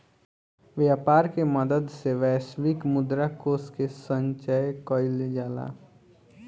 व्यापर के मदद से वैश्विक मुद्रा कोष के संचय कइल जाला